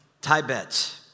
Tibet